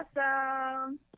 Awesome